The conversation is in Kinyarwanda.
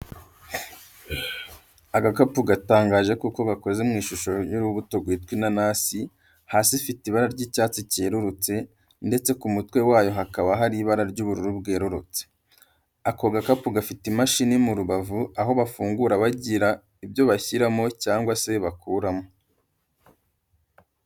Agakapu gatangaje kuko gakoze mu ishusho y'urubuto rwitwa inanasi hasi ifite ibara ry'icyatsi cyerurutse ndetse ku mutwe wayo hakaba hafite ibara ry'ubururu bwerurutse. Ako gakapu gafite imashini mu rubavu aho bafungurira bagira ibyo bashyiramo cyangwa se bakuramo.